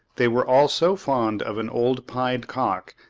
they were all so fond of an old pied cock,